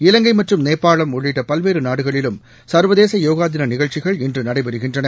இலங்கை மற்றும் நேபாளம் உள்ளிட்ட பல்வேறு நாடுகளிலும் சர்வதேச யோகா தின நிகழ்ச்சிகள் இன்று நடைபெறுகின்றன